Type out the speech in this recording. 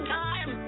time